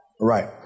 Right